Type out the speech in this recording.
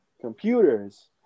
computers